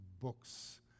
books